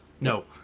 no